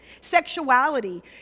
sexuality